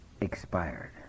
expired